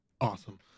awesome